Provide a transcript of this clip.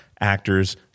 actors